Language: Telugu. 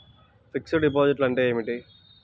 ఫిక్సడ్ డిపాజిట్లు అంటే ఏమిటి?